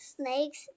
Snakes